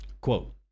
Quote